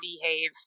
behave